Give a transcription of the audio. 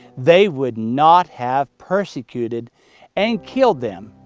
they would not have persecuted and killed them.